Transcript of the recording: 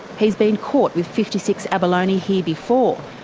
he's been caught with fifty six abalone here before,